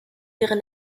ihre